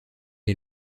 est